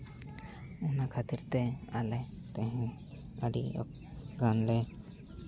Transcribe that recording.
ᱚᱱᱟ ᱠᱷᱟᱹᱛᱤᱨᱛᱮ ᱟᱞᱮ ᱛᱮᱦᱮᱧ ᱟᱞᱮ ᱟᱹᱰᱤ ᱜᱟᱱᱞᱮ